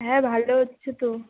হ্যাঁ ভালো হচ্ছে তো